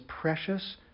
precious